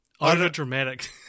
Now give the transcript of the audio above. overdramatic